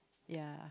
ya